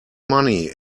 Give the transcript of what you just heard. money